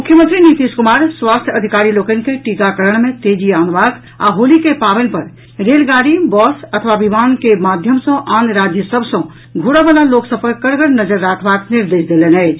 मुख्यमंत्री नीतीश कुमार स्वास्थ्य अधिकारी लोकनि के टीकाकरण मे तेजी आनबाक आ होली के पावनि पर रेलगाड़ी बस अथवा विमान के माध्यम सँ आन राज्य सभ सँ घुरऽ बला लोक सभ पर कड़गर नजरि राखबाक निर्देश देलनि अछि